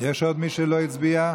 יש עוד מי שלא הצביע?